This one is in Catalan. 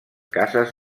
cases